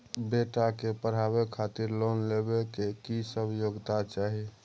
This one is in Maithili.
बेटा के पढाबै खातिर लोन लेबै के की सब योग्यता चाही?